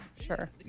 sure